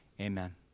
Amen